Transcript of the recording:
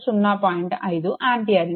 5 ఆంపియర్లు